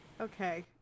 Okay